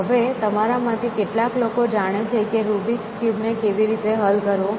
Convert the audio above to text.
હવે તમારામાંથી કેટલા લોકો જાણે છે કે રૂબિક્સ ક્યુબ ને કેવી રીતે હલ કરવો